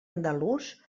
andalús